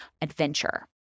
adventure